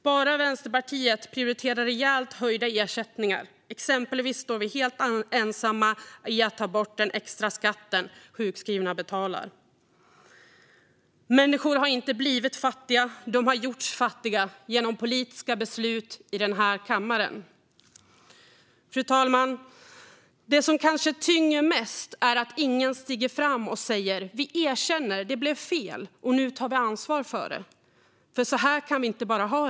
Bara Vänsterpartiet prioriterar rejält höjda ersättningar. Exempelvis är vi helt ensamma om att ta bort den extra skatt som sjukskrivna betalar. Människor har inte blivit fattiga; de har gjorts fattiga genom politiska beslut i den här kammaren. Fru talman! Det som kanske tynger mest är att ingen stiger fram och säger: Vi erkänner att det blev fel, och nu tar vi ansvar för det, för så här kan vi bara inte ha det.